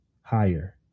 higher